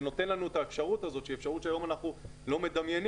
זה נותן לנו את האפשרות הזאת שהיום זאת אפשרות שאנחנו לא מדמיינים,